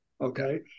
Okay